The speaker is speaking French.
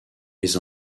mes